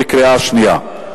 בקריאה השנייה.